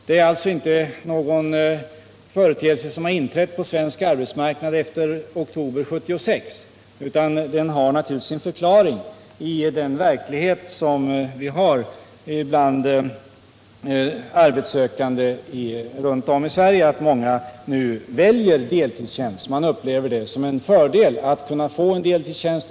Det är alltså inte någon företeelse som har dykt upp på svensk arbetsmarknad efter oktober 1976, utan den har naturligtvis sin förklaring i den verklighet som råder bland arbetssökande runt om i Sverige —- många väljer deltidstjänst därför att de upplever det som en fördel att kunna få en deltidstjänst.